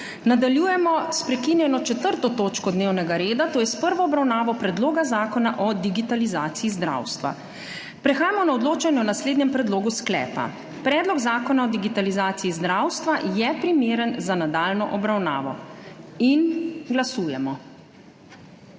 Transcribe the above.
Nadaljujemo s prekinjeno 4. točko dnevnega reda - prva obravnava Predloga zakona o digitalizaciji zdravstva. Prehajamo na odločanje o naslednjem predlogu sklepa: Predlog zakona o digitalizaciji zdravstva je primeren za nadaljnjo obravnavo. Glasujemo.